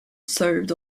served